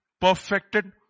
perfected